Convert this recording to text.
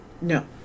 No